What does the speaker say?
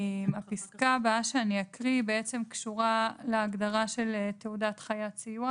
הפסקה הבאה שאני אקריא קשורה להגדרה של "תעודת חיית סיוע",